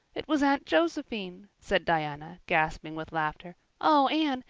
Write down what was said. it was aunt josephine, said diana, gasping with laughter. oh, anne,